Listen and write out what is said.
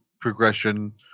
progression